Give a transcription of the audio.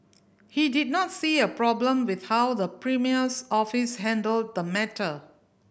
he did not see a problem with how the premier's office handled the matter